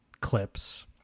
clips